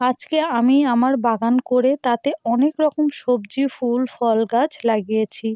আচকে আমি আমার বাগান করে তাতে অনেক রকম সবজি ফুল ফল গাছ লাগিয়েছি